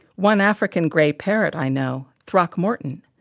one african grey parrot i know, throckmorton,